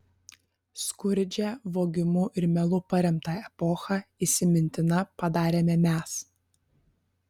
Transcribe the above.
skurdžią vogimu ir melu paremtą epochą įsimintina padarėme mes